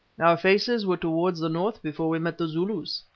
our faces were towards the north before we met the zulus,